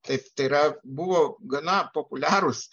taip tai yra buvo gana populiarūs